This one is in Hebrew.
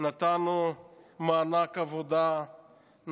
נתנו מענק עבודה,